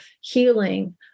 healing